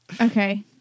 Okay